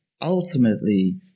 ultimately